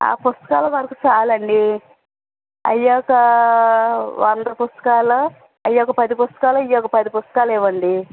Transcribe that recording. ఆ పుస్తకాలు వరకు చాలండీ అవి ఒక వంద పుస్తకాలు అవి ఒక పది పుస్తకాలు ఇవి ఒక పది పుస్తకాలు ఇవ్వండి